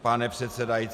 Pane předsedající...